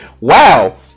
wow